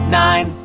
nine